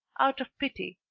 out of pity,